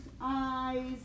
eyes